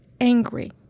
angry